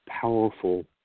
powerful